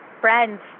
friends